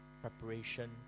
preparation